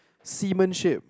seamanship